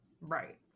right